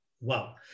Wow